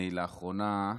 לאחרונה,